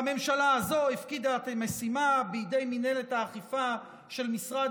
והממשלה הזאת הפקידה משימה בידי מינהלת האכיפה של המשרד